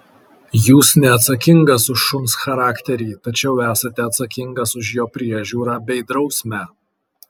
jūs neatsakingas už šuns charakterį tačiau esate atsakingas už jo priežiūrą bei drausmę